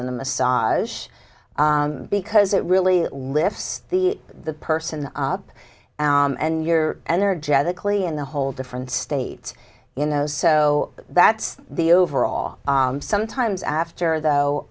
than the massage because it really lifts the the person up and you're energetically in the whole different state you know so that's the overall sometimes after though